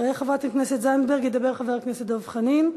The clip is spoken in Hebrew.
אחרי חברת הכנסת זנדברג ידבר חבר הכנסת דב חנין,